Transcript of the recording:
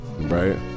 Right